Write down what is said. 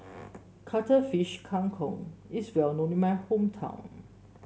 Cuttlefish Kang Kong is well known in my hometown